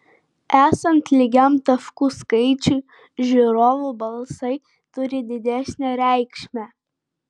esant lygiam taškų skaičiui žiūrovų balsai turi didesnę reikšmę